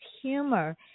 humor